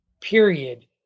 period